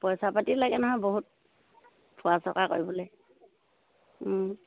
পইচা পাতি লাগে নহয় বহুত ফুৰা চকা কৰিবলৈ